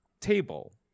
table